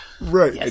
Right